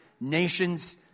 nations